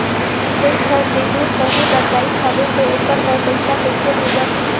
कोई घर ले दूर पढ़े बर गाईस हवे तो ओकर बर पइसा कइसे भेजब?